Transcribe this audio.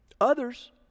others